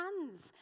hands